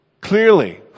Clearly